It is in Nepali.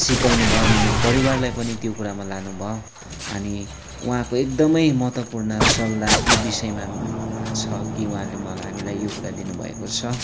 सिकाउनु भयो अनि मेरो परिवारलाई पनि त्यो कुरामा लानु भयो अनि उहाँको एकदमै महत्वपुर्ण सल्लाह यो विषयमा छ कि उहाँले मला हामीलाई यो कुरा दिनु भएको छ